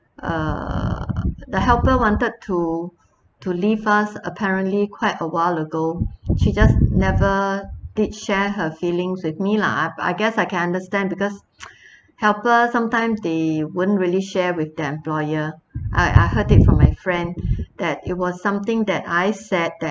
err the helper wanted to to leave us apparently quite a while ago she just never did share her feelings with me lah uh I guess I can understand because helper sometimes they won't really share with their employer I I heard it from my friend that it was something that I said that